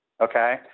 okay